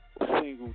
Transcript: Single